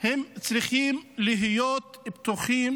הם צריכים להיות בטוחים